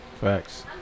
Facts